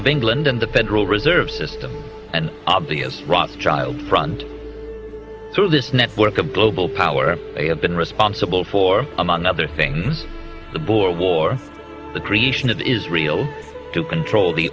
of england and the federal reserve system and obvious rothschild front through this network of global power they have been responsible for among other things the boer war the creation of the israel to control the